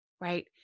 Right